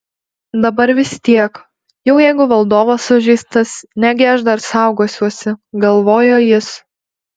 dabar vis tiek jau jeigu valdovas sužeistas negi aš dar saugosiuosi galvojo jis